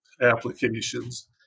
applications